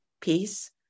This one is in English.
peace